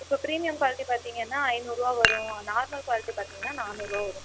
இப்ப premium quality பார்த்தீங்கனா ஐநூறுவா வரும் நார்மல் குவாலிட்டி பார்த்தீங்னா நானூறுவா வரும்